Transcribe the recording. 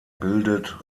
bildet